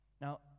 Now